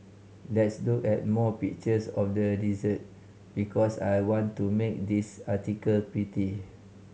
let's look at more pictures of the dessert because I want to make this article pretty